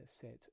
set